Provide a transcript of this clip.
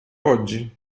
oggi